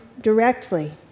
directly